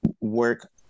work